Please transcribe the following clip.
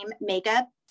makeup